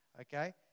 okay